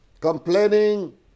complaining